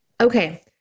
Okay